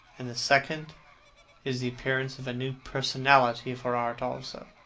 and the second is the appearance of a new personality for art also.